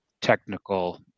technical